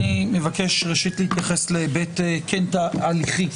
אני מבקש להיבט ההליכי.